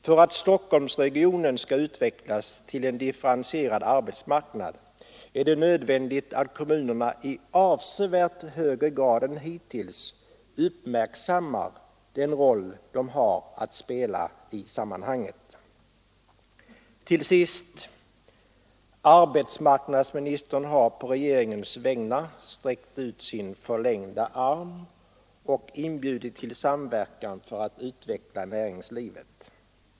För att Stockholmsregionen skall utvecklas till en differentierad arbetsmarknad är det nödvändigt att kommunerna i avsevärt högre grad än hittills uppmärksammar den roll de har att spela i sammanhanget. Till sist. Arbetsmarknadsministern har på regeringens vägnar sträckt ut sin arm och inbjudit till samverkan för att utveckla näringslivet.